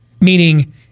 Meaning